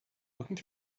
through